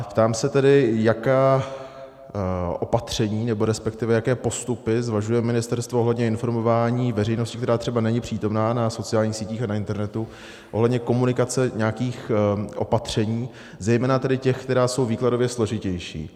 Ptám se tedy, jaká opatření, nebo respektive jaké postupy zvažuje ministerstvo ohledně informování veřejnosti, která třeba není přítomna na sociálních sítích a na internetu, ohledně komunikace nějakých opatření, zejména tedy těch, která jsou výkladově složitější.